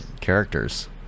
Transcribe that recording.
characters